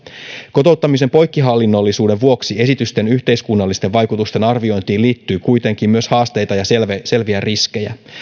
kotouttamisen poikkihallinnollisuuden vuoksi esitysten yhteiskunnallisten vaikutusten arviointiin liittyy kuitenkin myös haasteita ja selviä selviä riskejä